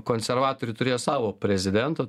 konservatoriai turėjo savo prezidentą